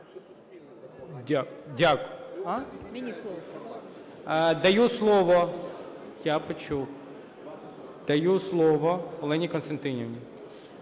почув. Даю слово Олені Костянтинівні.